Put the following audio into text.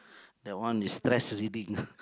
that one is stress reading